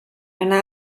anar